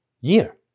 year